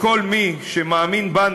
לכל מי שמאמין בנו,